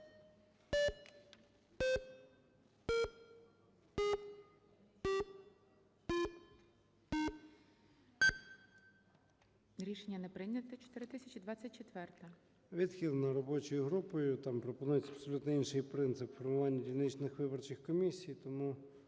Рішення не прийнято. 4024-а. 13:56:07 ЧЕРНЕНКО О.М. Відхилена робочою групою. Там пропонується абсолютно інший принцип формування дільничних виборчих комісій, тому